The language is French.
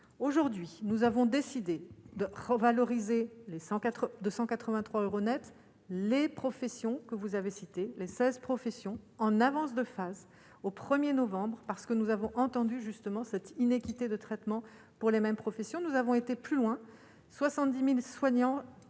aujourd'hui. Nous avons décidé de revaloriser les 104 de 183 euros Net les professions que vous avez cité les 16 professions en avance de phase au 1er novembre parce que nous avons entendu justement cette inéquité de traitement pour les mêmes professions nous avons été plus loin 70000 soignants